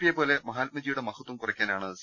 പിയെ പോലെ മഹാത്മജിയുടെ മഹത്വം കുറക്കാനാണ് സി